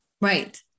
Right